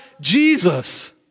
Jesus